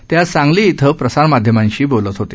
ते आज सांगली इथं प्रसारमाध्यमांशी ते बोलत होते